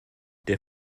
der